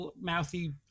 mouthy